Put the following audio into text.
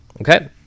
okay